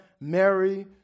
Mary